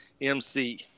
MC